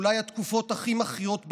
אולי התקופות הכי מכריעות בחיים,